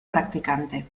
practicante